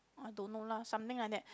I don't know lah something like that